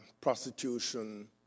prostitution